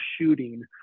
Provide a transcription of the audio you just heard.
shooting